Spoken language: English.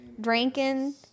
Drinking